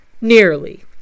nearly